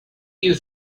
you